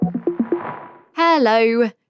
Hello